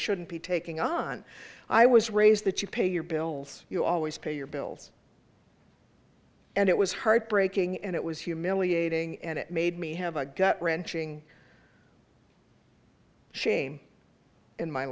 shouldn't be taking on i was raised that you pay your bills you always pay your bills and it was heartbreaking and it was humiliating and it made me have a gut wrenching shame in my